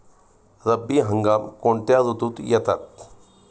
रब्बी हंगाम कोणत्या ऋतूत येतात?